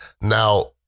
Now